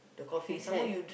that's why